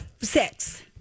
six